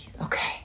okay